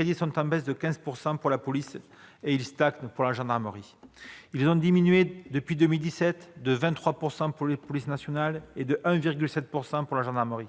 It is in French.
ils sont en baisse de 15 % pour la police et stagnent pour la gendarmerie. Ils ont diminué, depuis 2017, de 23 % pour la police nationale et de 1,7 % pour la gendarmerie.